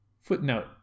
Footnote